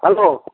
hello